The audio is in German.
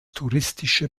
touristische